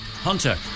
Hunter